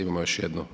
Imamo još jednu.